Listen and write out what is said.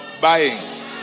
buying